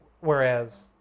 Whereas